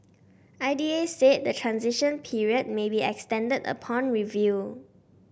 I D A said the transition period may be extended upon review